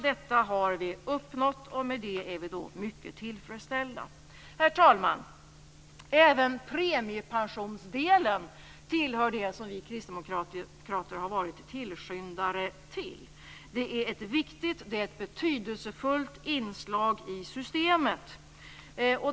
Detta har vi uppnått, och med det är vi mycket tillfredsställda. Herr talman! Även premiepensionsdelen tillhör det som vi kristdemokrater har varit tillskyndare av. Det är ett betydelsefullt inslag i systemet.